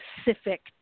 specific